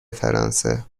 فرانسه